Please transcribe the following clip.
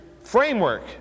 framework